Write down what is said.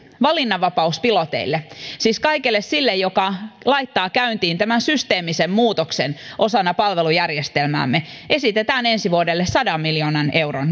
valinnanvapauspiloteille siis kaikelle sille joka laittaa käyntiin tämän systeemisen muutoksen osana palvelujärjestelmäämme esitetään ensi vuodelle sadan miljoonan euron